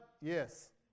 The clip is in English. Yes